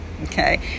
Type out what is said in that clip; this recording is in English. Okay